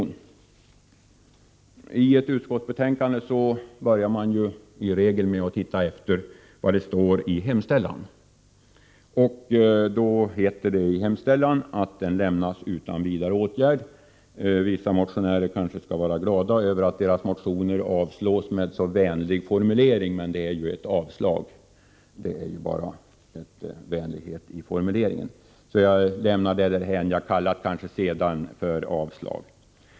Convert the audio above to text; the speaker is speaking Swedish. När man läser ett utskottsbetänkande börjar man ju i regel med att se efter vad som står i hemställan. Det heter i utskottets hemställan att motionen lämnas utan vidare åtgärd. Vissa motionärer skall kanske vara glada över att deras motioner avstyrks med så vänlig formulering, men det är ju fråga om en avstyrkan. Det är bara vänlighet i formuleringen, och det lämnar jag därhän.